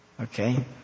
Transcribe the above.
Okay